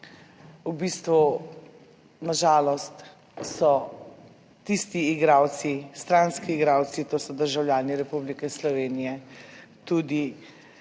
na žalost so tisti igralci, stranski igralci, to so državljani Republike Slovenije, tudi